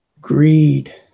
greed